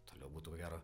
toliau būtų ko gero